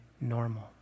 normal